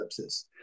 sepsis